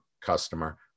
customer